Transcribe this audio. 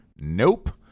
nope